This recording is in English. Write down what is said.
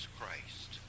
Christ